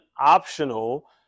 optional